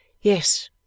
Yes